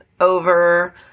over